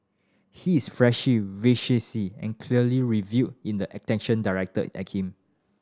he is flashy vivacious and clearly revel in the attention directed at him